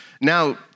now